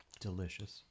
delicious